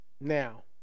Now